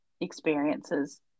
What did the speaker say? experiences